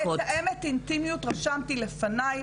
מתאמת אינטימיות רשמתי לפניי,